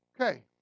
Okay